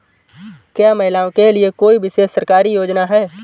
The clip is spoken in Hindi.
क्या महिलाओं के लिए कोई विशेष सरकारी योजना है?